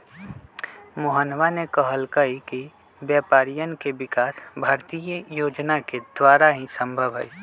मोहनवा ने कहल कई कि व्यापारियन के विकास भारतीय योजना के द्वारा ही संभव हई